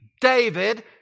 David